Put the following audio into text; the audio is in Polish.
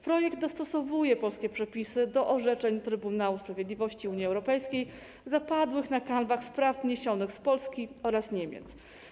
Projekt dostosowuje polskie przepisy do orzeczeń Trybunału Sprawiedliwości Unii Europejskiej zapadłych na kanwie spraw wniesionych z Polski oraz Niemiec.